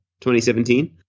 2017